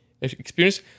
experience